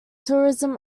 tourism